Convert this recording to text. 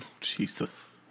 Jesus